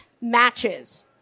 matches